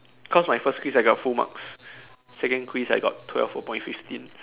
cause my first quiz I got full marks second quiz I got twelve a point fifteen